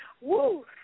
Woo